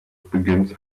begins